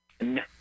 no